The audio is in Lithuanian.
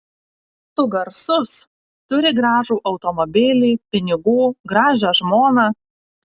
tu garsus turi gražų automobilį pinigų gražią žmoną